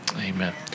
Amen